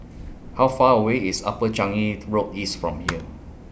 How Far away IS Upper Changi's Road East from here